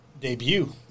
debut